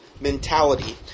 mentality